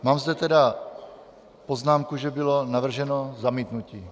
Mám zde tedy poznámku, že bylo navrženo zamítnutí.